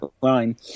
line